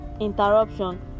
interruption